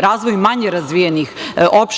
razvoj manje razvijenih opština